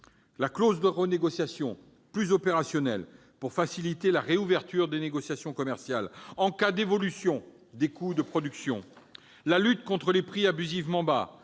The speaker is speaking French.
la clause de renégociation, plus opérationnelle, pour faciliter la réouverture des négociations commerciales en cas d'évolution des coûts de production ; la lutte contre les prix abusivement bas,